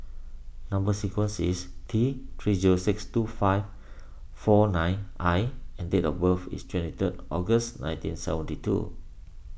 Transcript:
Number Sequence is T three zero six two five four nine I and date of birth is twenty third August nineteen seventy two